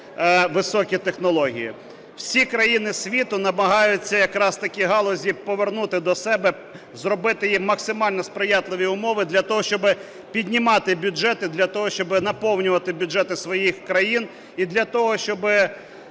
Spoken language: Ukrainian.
високі технології. Всі країни світу намагаються якраз такі галузі повернути до себе, зробити їм максимально сприятливі умови для того, щоби піднімати бюджети, для того, щоби наповнювати бюджети своїх країн і для того, щоби